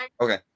Okay